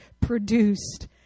produced